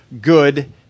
good